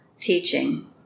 teaching